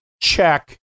check